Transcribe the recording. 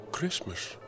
Christmas